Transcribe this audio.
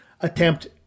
attempt